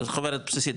חוברת בסיסית,